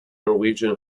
norwegian